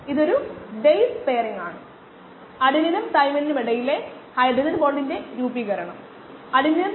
അത് അവിടെയുള്ള ഒരു പേപ്പറാണ് അത് ബയോകെമിക്കൽ എഞ്ചിനീയറിംഗ് ജേണലിൽ പ്രസിദ്ധീകരിച്ചു നിങ്ങൾക്ക് താൽപ്പര്യമുണ്ടെങ്കിൽ അത് പരിശോധിക്കാം